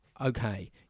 okay